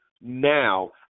now